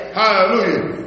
hallelujah